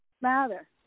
matter